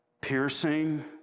piercing